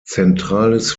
zentrales